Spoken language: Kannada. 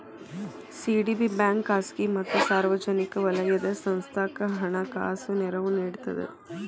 ಸಿ.ಡಿ.ಬಿ ಬ್ಯಾಂಕ ಖಾಸಗಿ ಮತ್ತ ಸಾರ್ವಜನಿಕ ವಲಯದ ಸಂಸ್ಥಾಕ್ಕ ಹಣಕಾಸಿನ ನೆರವು ನೇಡ್ತದ